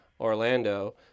Orlando